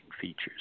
features